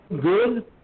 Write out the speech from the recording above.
good